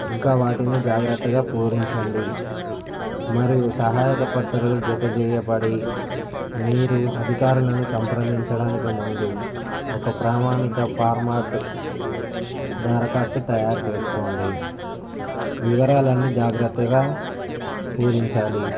ఇంకా వాటిని జాగ్రత్తగా పూరించండి మరియు సహాయక పత్రాలు జత చేయబడి మీరు అధికారులను సంప్రదించడానికి ముందు ఒక ప్రామాణిక ఫార్మటు దరఖాస్తు తయారు చేసుకోండి వివరాలన్నీ జాగ్రత్తగా పూరించాలి